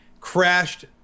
Crashed